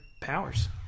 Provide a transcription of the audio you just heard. powers